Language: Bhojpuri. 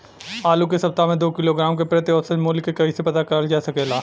आलू के सप्ताह में दो किलोग्राम क प्रति औसत मूल्य क कैसे पता करल जा सकेला?